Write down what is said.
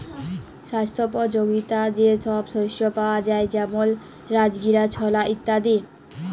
স্বাস্থ্যপ যগীতা যে সব শস্য পাওয়া যায় যেমল রাজগীরা, ছলা ইত্যাদি